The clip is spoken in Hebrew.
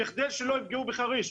כדי שלא יפגעו בחריש.